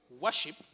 worship